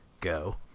go